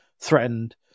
threatened